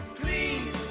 Clean